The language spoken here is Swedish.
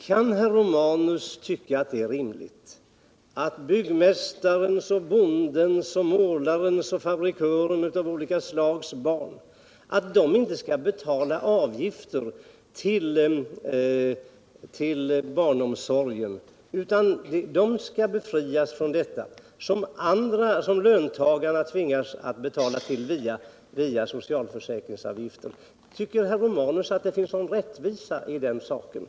Kan herr Romanus nu tycka att det är rimligt att byggmästaren, bonden, målarmästaren och fabrikören inte skall betala avgifter till barnomsorgen utan befrias från de socialförsäkringsavgifter som löntagarna tvingas betala? Tycker herr Romanus att det ligger någon rättvisa i en sådan ordning?